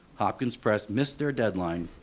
hopkins press missed their deadline,